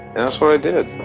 and that's what i did.